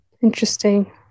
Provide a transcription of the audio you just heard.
Interesting